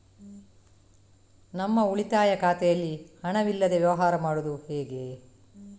ನಮ್ಮ ಉಳಿತಾಯ ಖಾತೆಯಲ್ಲಿ ಹಣವಿಲ್ಲದೇ ವ್ಯವಹಾರ ಮಾಡುವುದು ಹೇಗೆ?